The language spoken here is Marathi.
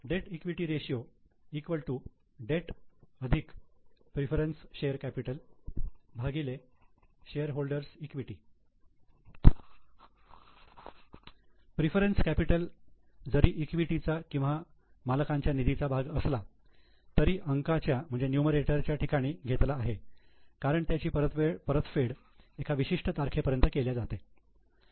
date preference share capital debt equity ratio shareholders equity preference capital जरी ईक्विटी चा किंवा मालकांच्या निधीचा भाग असला तरी अंकाच्या ठिकाणी घेतला आहे कारण त्याची परतफेड एका विशिष्ट तारखेपर्यंत केल्या जाते